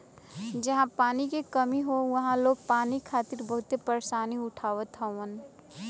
जहां पानी क कमी हौ वहां लोग पानी खातिर बहुते परेशानी उठावत हउवन